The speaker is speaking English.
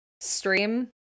stream